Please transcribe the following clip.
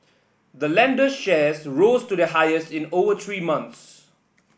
the lender's shares rose to their highest in over three months